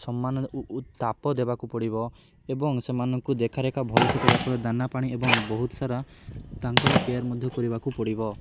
ସମାନ ଉତାପ ଦେବାକୁ ପଡ଼ିବ ଏବଂ ସେମାନଙ୍କୁ ଦେଖାରେଖା ଭଲସେ କରିବାକୁ ପଡ଼ିବ ଦାନା ପାାଣି ଏବଂ ବହୁତ ସାରା ତାଙ୍କର କେୟାର୍ ମଧ୍ୟ କରିବାକୁ ପଡ଼ିବ